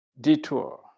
detour